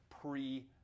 pre